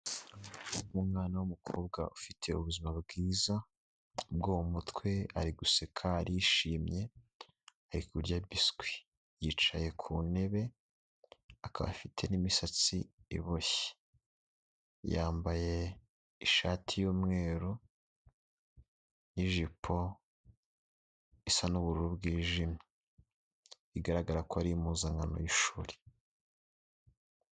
Umwana w'umukobwa ufite ubuzima bwiza, ubwo umutwe. Ari guseka, arishimye, arikurya biswi. Yicaye ku ntebe, akaba afite n'imisatsi iboshye. Yambaye ishati y'umweru, n'ijipo isa n'ubururu bwijimye. Bigaragara ko ari impuzankano y'ishuri.